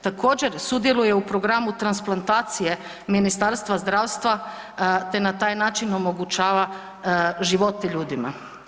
Također sudjeluje u programu transplantacije Ministarstva zdravstva te na taj način omogućava živote ljudima.